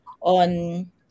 on